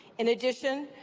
in addition,